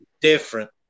different